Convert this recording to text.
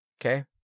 okay